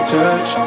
touch